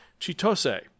Chitose